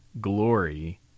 glory